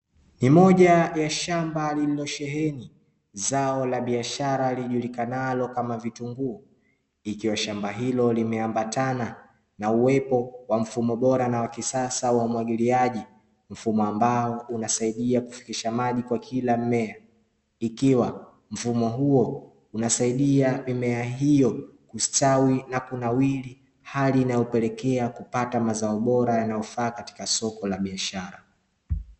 Ni moja ya shamba lililosheheni zao la biashara lijulikanalo kama vitunguu, ikiwa shamba hilo limeambatana na uwepo wa mfumo bora na wa kisasa wa umwagiliaji, mfumo ambao unasaidia kufikisha maji kwa kila mmea, ikiwa mfumo huo unasaidia mimea hiyo kustawi na kunawiri, hali inayopelekea kupata mazao bora yanayofaa katika masoko ya biashara.